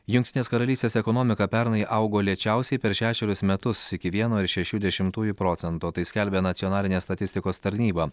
jungtinės karalystės ekonomika pernai augo lėčiausiai per šešerius metus iki vieno ir šešių dešimtųjų procento tai skelbia nacionalinė statistikos tarnyba